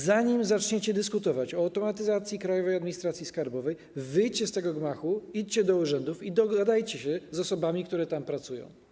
Zanim zaczniecie dyskutować o automatyzacji Krajowej Administracji Skarbowej, wyjdźcie z tego gmachu, idźcie do urzędów i dogadajcie się z osobami, które tam pracują.